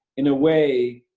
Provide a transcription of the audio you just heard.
in a way,